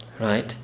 right